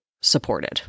supported